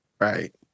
Right